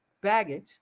baggage